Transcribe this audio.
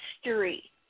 history